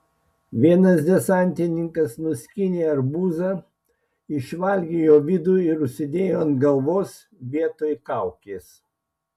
vienas desantininkas nuskynė arbūzą išvalgė jo vidų ir užsidėjo ant galvos vietoj kaukės